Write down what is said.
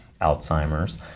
Alzheimer's